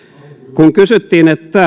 kun kysyttiin